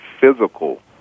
physical